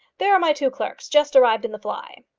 there are my two clerks just arrived in the fly.